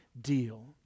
deal